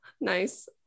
Nice